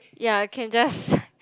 ya can just